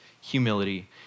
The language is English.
humility